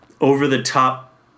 over-the-top